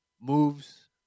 moves